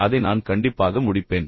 அதை நான் கண்டிப்பாக முடிப்பேன்